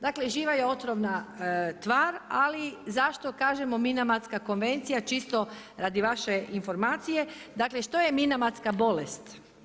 Dakle živa je otrovna tvar ali zašto kažemo MInamatska konvencija čisto radi vaše informacije, dakle što je minamatska bolest?